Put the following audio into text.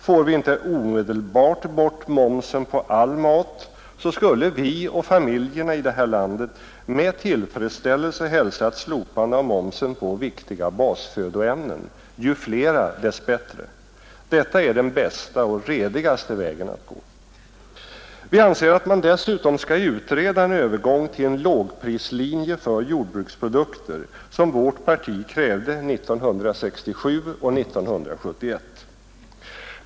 Får vi inte omedelbart bort momsen på all mat, skulle vi och familjerna här i landet med tillfredsställelse hälsa ett slopande av momsen på viktiga basfödoämnen, ju fler dess bättre. Dettta är den bästa och redigaste vägen att gå. Vi anser att man nu skall utreda en övergång till lågprislinje för jordbruksprodukter, som vårt parti krävde 1967 och 1971.